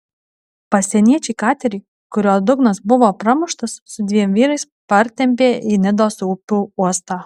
pasieniečiai katerį kurio dugnas buvo pramuštas su dviem vyrais partempė į nidos upių uostą